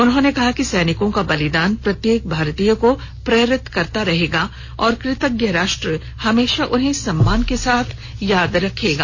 उन्होंने कहा कि सैनिकों का बलिदान प्रत्येक भारतीय को प्रेरित करता रहेगा और कृतज्ञ राष्ट्र हमेशा उन्हें सम्मान के साथ याद रखेगा